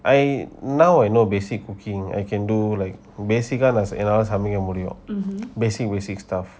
I now I know basic cooking I can do like basic lah என்னால சமைக்க முடியும்:ennala samaika mudiyum basic basic stuff